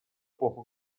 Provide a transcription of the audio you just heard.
эпоху